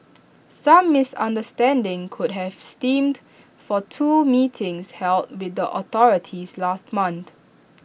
some misunderstanding could have stemmed for two meetings held with the authorities last month